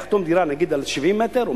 יחתום על דירה של 70 מטר,